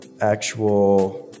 actual